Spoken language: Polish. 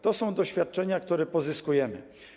To są doświadczenia, które zyskujemy.